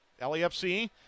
LAFC